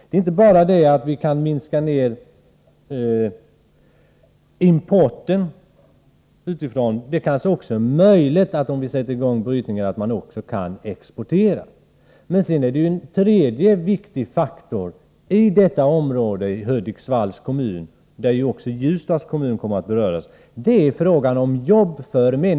Det är inte bara det att importen kan minskas. Sätter vi i gång med brytning, kan det kanske också bli export. En annan viktig sak i Hudiksvalls kommun — även Ljusdals kommun skulle f.ö. beröras — är frågan om arbete.